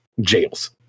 jails